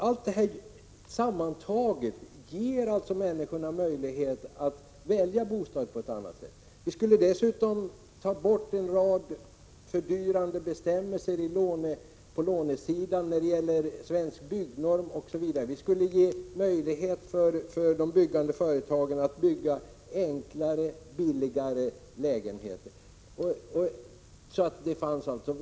Allt detta sammantaget ger människorna tillfälle att välja sin bostad på ett annat sätt. Vi skulle dessutom ta bort en rad fördyrande bestämmelser på lånesidan, när det gäller Svensk Byggnorm osv., och vi skulle ge de byggande företagen möjlighet att bygga enklare och billigare lägenheter. Det skulle alltså finnas valfrihet.